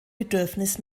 bedürfnis